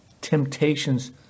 temptations